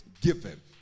given